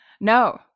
No